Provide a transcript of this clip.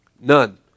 None